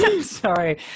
Sorry